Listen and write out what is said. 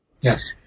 Yes